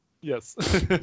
Yes